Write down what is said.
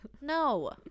no